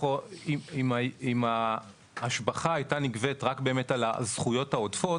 אם ההשבחה הייתה נגבית רק על הזכויות העודפות,